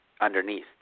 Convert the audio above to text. underneath